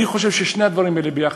אני חושב ששני הדברים האלה ביחד,